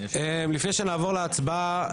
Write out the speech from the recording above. לפני שנעבור להצבעה,